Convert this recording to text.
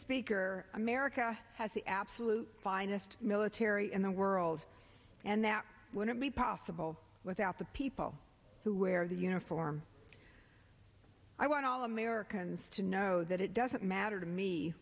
speaker america has the absolute finest military in the world and that wouldn't be possible without the people who wear the uniform i want all americans to know that it doesn't matter to me